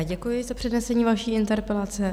Děkuji za přednesení vaší interpelace.